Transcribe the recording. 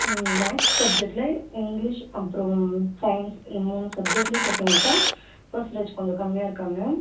maths சப்ஜெக்ட்டில் English அப்புறம் science இந்த மூணு சப்ஜெக்ட்லேயும் பார்த்தீங்கனாக்கா பர்ஸண்டேஜ் கொஞ்சம் கம்மியாக இருக்காங்க